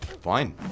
Fine